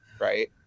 right